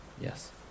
Yes